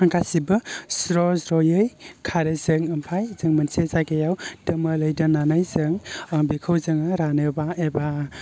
गासिबबो स्र' स्र'यै खारोसो ओमफ्राय जों मोनसे जायगायाव दामोलै दोननानै जों बेखौ जोङो रानोबा एबा